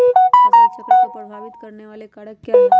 फसल चक्र को प्रभावित करने वाले कारक क्या है?